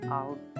out